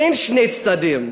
אין שני צדדים.